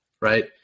right